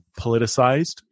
politicized